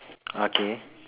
okay